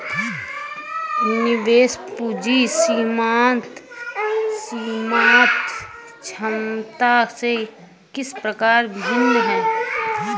निवेश पूंजी सीमांत क्षमता से किस प्रकार भिन्न है?